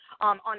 On